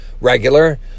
regular